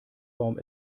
warum